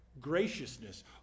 graciousness